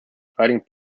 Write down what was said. fighting